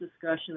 discussion